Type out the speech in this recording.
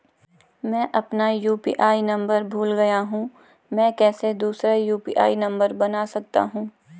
मैं अपना UPI number भूल गया हूँ मैं कैसे दूसरा यु.पी.आई नम्बर बना सकता हूँ?